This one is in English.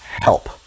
help